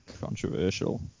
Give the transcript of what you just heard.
Controversial